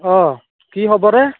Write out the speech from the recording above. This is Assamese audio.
অ কি খবৰ এ